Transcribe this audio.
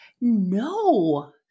no